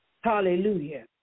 Hallelujah